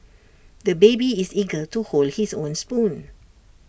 the baby is eager to hold his own spoon